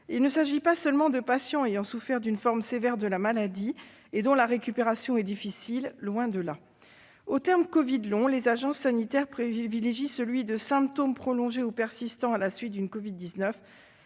Il ne s'agit pas seulement de patients ayant souffert d'une forme sévère de la maladie et dont la récupération est difficile, loin de là. À l'expression « covid long », les agences sanitaires privilégient celle de « symptômes prolongés ou persistants à la suite d'une covid-19